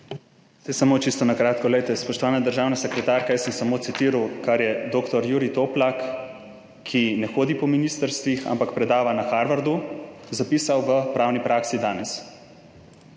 samo čisto na kratko. Poglejte, spoštovana državna sekretarka, jaz sem samo citiral kar je dr. Jurij Toplak, ki ne hodi po ministrstvih, ampak predava na Harvardu, zapisal v pravni praksi danes.